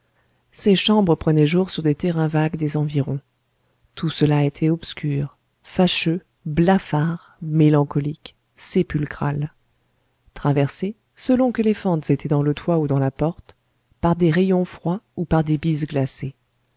ces chambres prenaient jour sur des terrains vagues des environs tout cela était obscur fâcheux blafard mélancolique sépulcral traversé selon que les fentes étaient dans le toit ou dans la porte par des rayons froids ou par des bises glacées